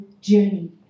journey